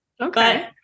Okay